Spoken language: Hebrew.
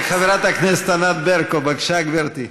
חברת הכנסת ענת ברקו, בבקשה, גברתי.